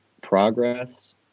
progress